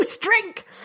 drink